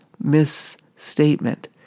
misstatement